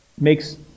makes